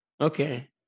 Okay